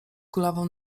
kulawą